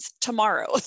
tomorrow